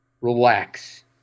Relax